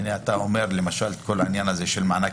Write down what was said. למשל אתה אומר שכול העניין הזה של מענק